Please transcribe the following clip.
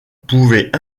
pouvaient